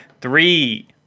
three